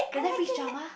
the Netflix drama